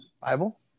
Bible